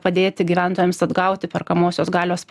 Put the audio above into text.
padėti gyventojams atgauti perkamosios galios